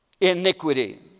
iniquity